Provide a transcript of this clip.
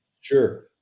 sure